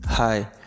Hi